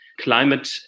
climate